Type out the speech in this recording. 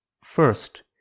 first